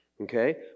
Okay